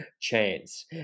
chance